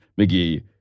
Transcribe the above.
McGee